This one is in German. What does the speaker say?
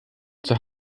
zur